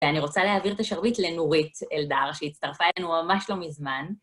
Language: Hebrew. ואני רוצה להעביר את השרביט לנורית אלדר, שהצטרפה אלינו ממש לא מזמן.